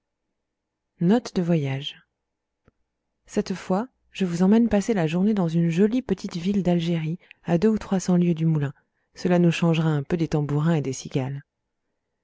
notes de voyage cette fois je vous emmène passer la journée dans une jolie petite ville d'algérie à deux ou trois cents lieues du moulin cela nous changera un peu des tambourins et des cigales